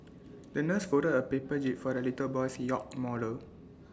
the nurse folded A paper jib for the little boy's yacht model